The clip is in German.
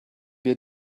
wir